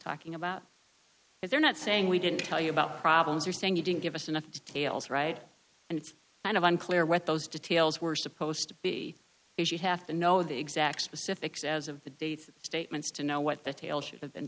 talking about if they're not saying we didn't tell you about problems you're saying you didn't give us enough details right and it's kind of unclear what those details were supposed to be if you have to know the exact specifics as of the date statements to know what the tail should have been